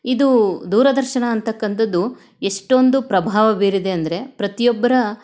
ಇದು ದೂರದರ್ಶನ ಅಂತಕ್ಕಂಥದ್ದು ಎಷ್ಟೊಂದು ಪ್ರಭಾವ ಬೀರಿದೆ ಅಂದರೆ ಪ್ರತಿಯೊಬ್ಬರ